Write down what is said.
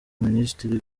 minisiteri